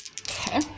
Okay